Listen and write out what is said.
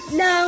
no